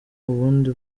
ubundi